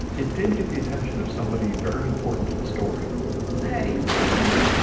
it did get the attention of somebody very important to the story hey it's me.